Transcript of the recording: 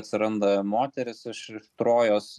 atsiranda moteris iš trojos